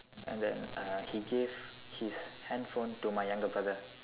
and then uh he gave his handphone to my younger brother